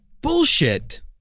bullshit